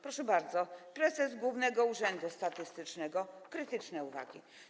Proszę bardzo, prezes Głównego Urzędu Statystycznego - krytyczne uwagi.